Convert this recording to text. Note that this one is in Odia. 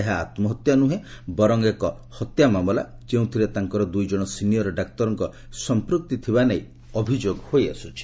ଏହା ଆହ୍କହତ୍ୟା ନୁହେଁ ବରଂ ଏକ ହତ୍ୟା ମାମଲା ଯେଉଁଥିରେ ତାଙ୍କର ଦୁଇ ଜଣ ସିନିୟର ଡାକ୍ତରଙ୍କ ସମ୍ପୂକ୍ତ ଥିବା ନେଇ ଅଭିଯୋଗ ହୋଇଆସୁଛି